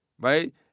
Right